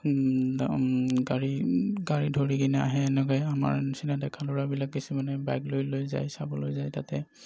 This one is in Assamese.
গাড়ী গাড়ী ধৰি কিনে আহে এনেকৈ আমাৰ নিচিনা ডেকা ল'ৰাবিলাকে কিছুমানে বাইক লৈ লৈ যায় চাবলৈ যায় তাতে